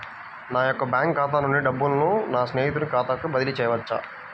నా యొక్క బ్యాంకు ఖాతా నుండి డబ్బులను నా స్నేహితుని ఖాతాకు బదిలీ చేయవచ్చా?